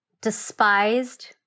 despised